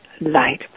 light